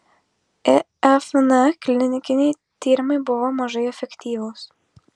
ifn klinikiniai tyrimai buvo mažai efektyvūs